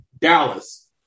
Dallas